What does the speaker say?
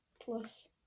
plus